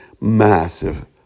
Massive